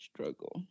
struggle